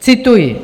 Cituji: